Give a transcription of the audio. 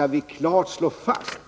Jag vill klart slå fast